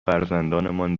فرزندانمان